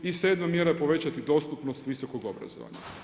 I sedma mjera povećati dostupnost visokog obrazovanja.